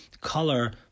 color